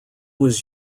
was